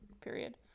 period